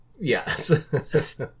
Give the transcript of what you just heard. Yes